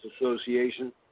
Association